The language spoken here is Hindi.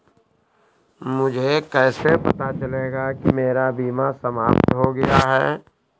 मुझे कैसे पता चलेगा कि मेरा बीमा समाप्त हो गया है?